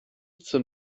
zum